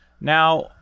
now